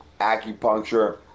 Acupuncture